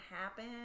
happen